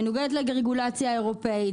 מנוגדת לרגולציה האירופאית.